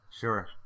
sure